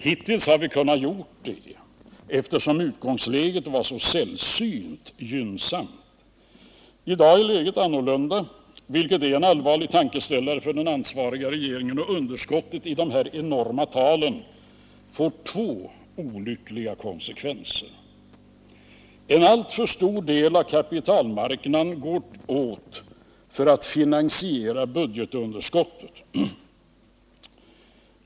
Hittills har vi kunnat göra det, eftersom utgångsläget var så sällsynt gynnsamt. I dag är läget ett annat, vilket bör ge den ansvariga regeringen en allvarlig tankeställare. Underskottet, de här enorma talen, får två olyckliga konsekvenser. En alltför stor del av kapitalmarknadens resurser går åt för att finansiera budgetunderskottet.